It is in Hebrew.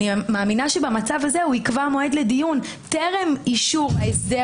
אני מאמינה שבמצב הזה הוא יקבע מועד לדיון טרם אישור ההסדר